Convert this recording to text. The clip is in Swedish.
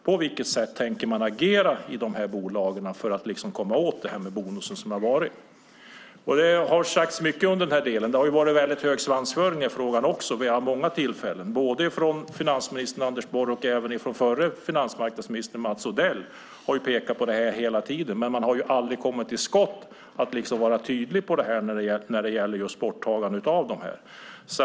På vilket sätt tänker man agera i de här bolagen för att komma åt bonusarna? Det har sagts mycket om detta. Det har också varit en väldigt hög svansföring i frågan vid många tillfällen. Både finansminister Anders Borg och den förra finansmarknadsministern Mats Odell har pekat på det här hela tiden, men man har aldrig kommit till skott med att vara tydlig när det gäller borttagandet av bonusarna.